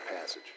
passage